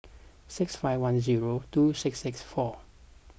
six five one zero two six six four